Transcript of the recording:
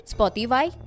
Spotify